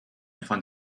found